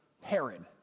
Herod